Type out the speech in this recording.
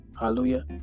hallelujah